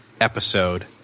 episode